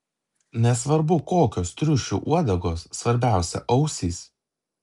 nesvarbu kokios triušių uodegos svarbiausia ausys